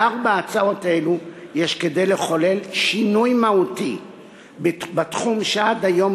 בארבע הצעות אלו יש כדי לחולל שינוי מהותי בתחום שעד היום